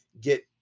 get